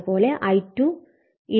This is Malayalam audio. അത്പോലെ I2 20 ആണ്